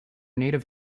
native